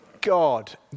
God